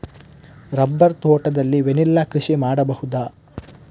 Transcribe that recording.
Rubber ತೋಟದಲ್ಲಿ vanilla ಕೃಷಿ ಮಾಡಬಹುದಾ?